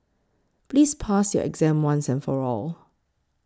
please pass your exam once and for all